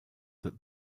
that